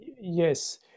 Yes